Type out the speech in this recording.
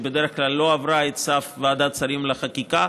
ובדרך כלל היא לא עברה את סף ועדת השרים לחקיקה.